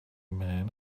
man